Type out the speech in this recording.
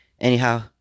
Anyhow